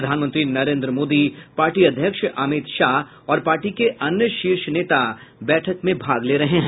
प्रधानमंत्री नरेन्द्र मोदी पार्टी अध्यक्ष अमित शाह और पार्टी के अन्य शीर्ष नेता बैठक में भाग ले रहे हैं